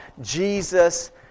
Jesus